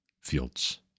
fields